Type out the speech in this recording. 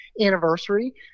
anniversary